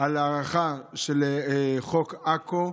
על הארכה של חוק עכו.